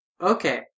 Okay